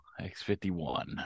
x51